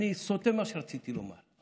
אני סוטה ממה שרציתי לומר,